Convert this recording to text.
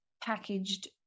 packaged